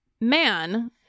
man